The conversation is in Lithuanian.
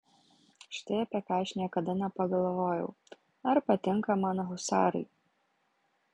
štai apie ką aš niekada nepagalvojau ar patinka man husarai